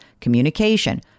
communication